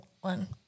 one